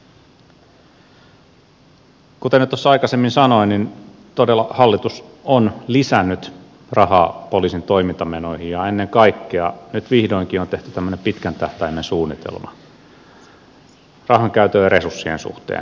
kuten jo tuossa aikaisemmin sanoin todella hallitus on lisännyt rahaa poliisin toimintamenoihin ja ennen kaikkea nyt vihdoinkin on tehty tämmöinen pitkän tähtäimen suunnitelma rahankäytön ja resurssien suhteen